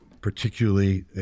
particularly